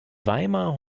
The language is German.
weimar